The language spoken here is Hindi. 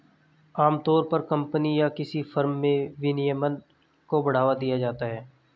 आमतौर पर कम्पनी या किसी फर्म में विनियमन को बढ़ावा दिया जाता है